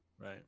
Right